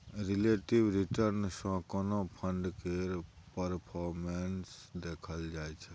relative return सँ कोनो fund केर परफॉर्मेस देखल जाइ छै